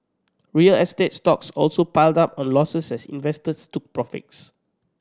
real estate stocks also piled up on losses as investors took profits